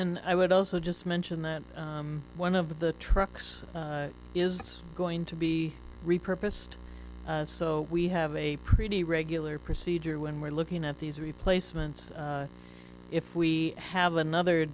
and i would also just mention that one of the trucks is going to be repurposed so we have a pretty regular procedure when we're looking at these replacements if we have another